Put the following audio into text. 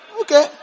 okay